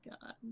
God